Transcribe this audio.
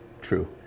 True